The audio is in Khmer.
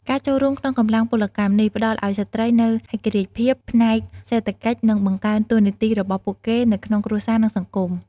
ការចូលរួមក្នុងកម្លាំងពលកម្មនេះ ផ្ដល់ឱ្យស្ត្រីនូវឯករាជ្យភាពផ្នែកសេដ្ឋកិច្ច និងបង្កើនតួនាទីរបស់ពួកគេនៅក្នុងគ្រួសារ និងសង្គម។